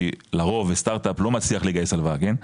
שלרוב הסטארט אפ לא מצליח לגייס הלוואה כן,